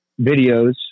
videos